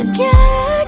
Again